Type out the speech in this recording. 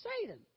Satan